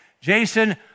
Jason